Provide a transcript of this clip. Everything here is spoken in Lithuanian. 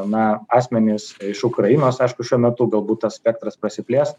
na asmenys iš ukrainos aišku šiuo metu galbūt tas spektras prasiplės